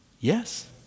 Yes